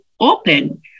open